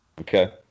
Okay